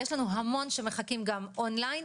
יש המון שמחכים און ליין.